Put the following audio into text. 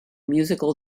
musical